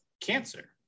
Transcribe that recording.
cancer